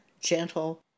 gentle